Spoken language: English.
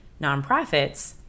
nonprofits